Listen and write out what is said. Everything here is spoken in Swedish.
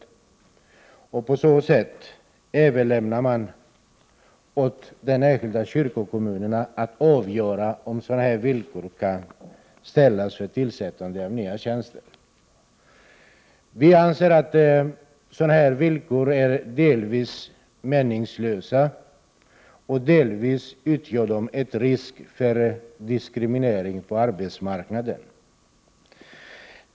I och med detta överlämnar man till de enskilda kyrkokommunerna att avgöra om sådana här villkor kan ställas för tillsättande av nya tjänster. Vi anser att sådana villkor är delvis meningslösa och delvis kan utgöra risk för diskriminering på arbetsmarknaden.